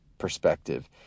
Perspective